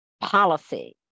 policy